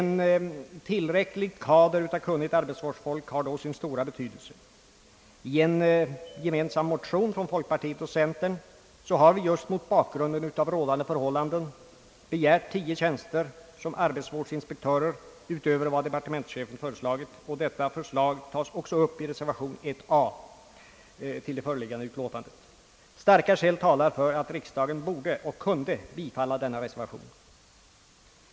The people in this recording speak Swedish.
En tillräcklig kader av kunnigt arbetsvårdsfolk har då sin stora betydelse. I en gemensam motion från folkpartiet och centern har vi just mot bakgrunden av rådande förhållanden begärt tio nya tjänster som arbetsvårdsinspektörer utöver vad departementschefen har föreslagit. Detta förslag tas också upp i reservation a vid denna punkt. Starka skäl talar för att riksdagen borde och kunde bifalla denna reservation.